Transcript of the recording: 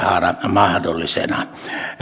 mahdollisena